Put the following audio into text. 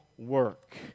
work